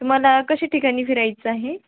तुम्हाला कशा ठिकाणी फिरायचं आहे